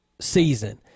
season